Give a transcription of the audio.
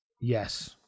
Yes